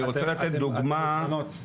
אתן מוזמנות.